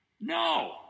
No